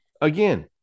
again